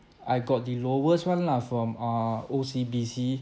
I got the lowest one lah from err O_C_B_C